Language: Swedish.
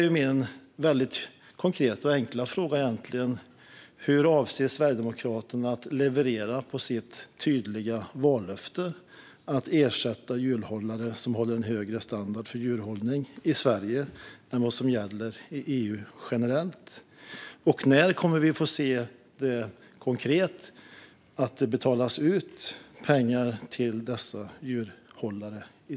Mina konkreta och enkla frågor är därför: Hur avser Sverigedemokraterna att leverera på sitt tydliga vallöfte att ersätta svenska djurhållare som håller en högre standard för djurhållning än vad som gäller i EU generellt? När kommer vi att se konkret att det betalas ut pengar till dessa djurhållare?